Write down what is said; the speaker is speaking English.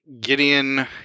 Gideon